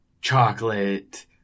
chocolate